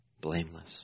blameless